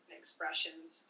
expressions